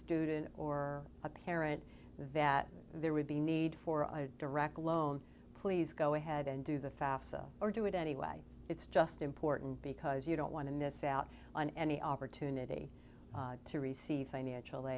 student or a parent that there would be a need for a direct loan please go ahead and do the fafsa or do it anyway it's just important because you don't want to miss out on any opportunity to receive financial